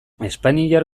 espainiar